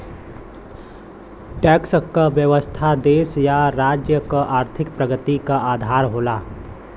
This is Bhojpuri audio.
टैक्स क व्यवस्था देश या राज्य क आर्थिक प्रगति क आधार होला